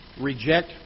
reject